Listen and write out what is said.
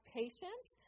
patience